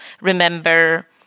remember